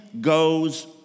goes